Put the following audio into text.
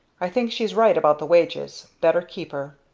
i think she's right about the wages. better keep her.